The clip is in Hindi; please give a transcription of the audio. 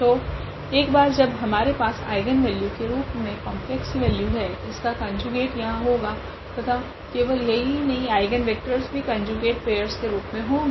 तो एक बार जब हमारे पास आइगनवेल्यू के रूप मे कॉम्प्लेक्स वैल्यू है इसका कोंजुगेट यहाँ होगा तथा केवल यह ही नहीं आइगनवेक्टरस भी कोंजुगेट पेयर्स के रूप मे होगे